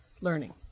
learning